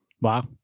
Wow